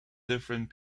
different